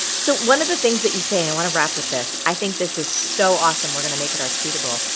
so, one of the things that you say, and i want to wrap with this. i think this is so awesome, we're going to make it our tweetable.